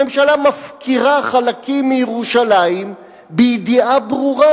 הממשלה מפקירה חלקים מירושלים בידיעה ברורה.